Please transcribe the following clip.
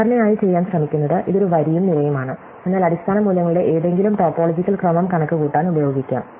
സാധാരണയായി ചെയ്യാൻ ശ്രമിക്കുന്നത് ഇത് ഒരു വരിയും നിരയുമാണ് എന്നാൽ അടിസ്ഥാന മൂല്യങ്ങളുടെ ഏതെങ്കിലും ടോപ്പോളജിക്കൽ ക്രമം കണക്കുകൂട്ടാൻ ഉപയോഗിക്കാം